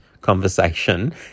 conversation